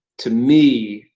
to me,